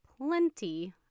plenty